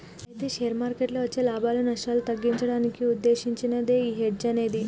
అయితే షేర్ మార్కెట్లలో వచ్చే లాభాలు నష్టాలు తగ్గించడానికి ఉద్దేశించినదే ఈ హెడ్జ్ అనేది